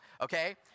okay